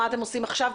מה אתם עושים עכשיו?